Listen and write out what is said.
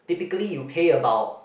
typically you pay about